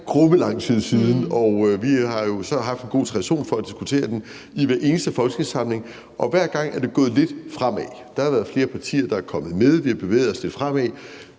Det er grumme lang tid siden, og vi har jo så haft en god tradition for at diskutere den i hver eneste folketingssamling. Og hver gang er det gået lidt fremad. Der har været flere partier, der er kommet med, vi har bevæget os lidt fremad,